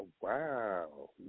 Wow